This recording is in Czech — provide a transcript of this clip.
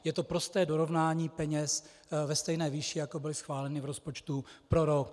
Je to prosté dorovnání peněz ve stejné výši, jako byly schváleny v rozpočtu pro rok 2013.